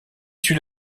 suit